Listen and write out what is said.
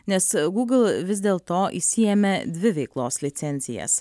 nes google vis dėlto išsiėmė dvi veiklos licencijas